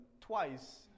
twice